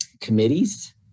committees